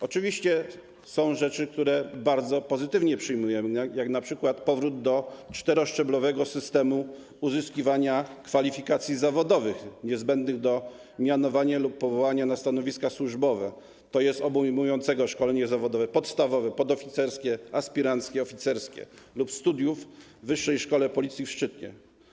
Oczywiście są rzeczy, które bardzo pozytywnie przyjmujemy, jak np. powrót do czteroszczeblowego systemu uzyskiwania kwalifikacji zawodowych niezbędnych do mianowania lub powołania na stanowiska służbowe, obejmującego szkolenie zawodowe podstawowe, podoficerskie, aspiranckie, oficerskie lub studia w Wyższej Szkole Policji w Szczytnie.